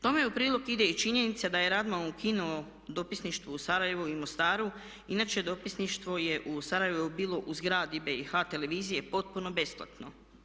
Tome u prilog ide i činjenica da je Radman ukinuo dopisništvo u Sarajevu i Mostaru, inače dopisništvo je u Sarajevu bilo u zgradi BiH televizije potpuno besplatno.